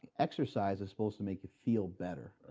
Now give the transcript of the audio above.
exercise is supposed to make you feel better.